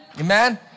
Amen